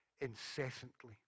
incessantly